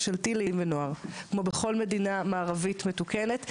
לילדים ונוער כמו בכל מדינה מעברית מתוקנת,